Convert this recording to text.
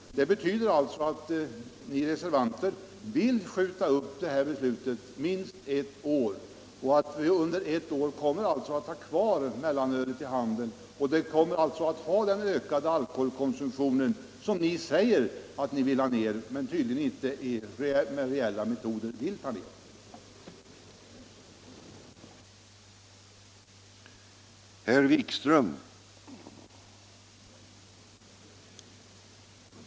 Det betyder att ni reservanter vill skjuta upp beslutet minst ett år. Under ytterligare ett år kommer vi då att ha kvar mellanölet i handeln. Vi kommer alltså under ytterligare ett år att ha kvar den högre alkoholkonsumtionen. Ni säger att ni vill ha ned alkoholkonsumtionen, men ni är tydligen inte villiga att vidta reella åtgärder för att få ned den.